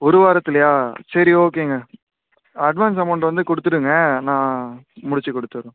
ஒரு வாரத்துலையா சரி ஓகேங்க அட்வான்ஸ் அமௌண்ட் வந்து கொடுத்துருங்க நான் முடிச்சு கொடுத்துர்றோம்